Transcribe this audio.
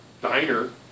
diner